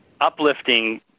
uplifting